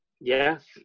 Yes